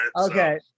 Okay